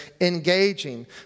engaging